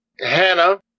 Hannah